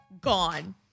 gone